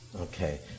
Okay